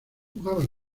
jugaba